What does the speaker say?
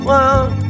one